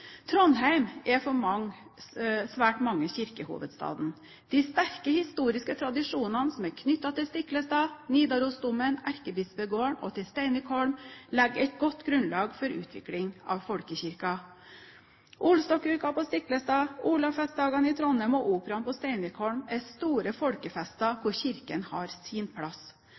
Trondheim er for svært mange kirkehovedstaden. De sterke historiske tradisjonene som er knyttet til Stiklestad, Nidarosdomen, Erkebispegården og Steinvikholm, legger et godt grunnlag for utvikling av folkekirken. Olsokuka på Stiklestad, Olavsfestdagene i Trondheim og operaen på Steinvikholm er store folkefester hvor kirken har sin plass.